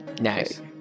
Nice